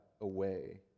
away